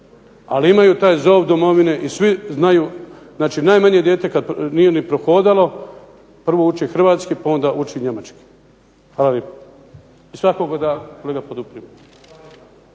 Ali imaju taj zov domovine i svi znaju, znači najmanje dijete kad nije ni prohodalo prvo uči hrvatski pa onda uči njemački. Hvala. I svakako da podupirem.